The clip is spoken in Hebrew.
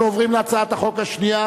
אנחנו עוברים להצעת החוק השנייה,